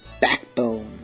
Backbone